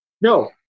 no